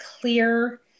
clear